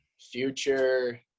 future